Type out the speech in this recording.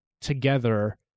together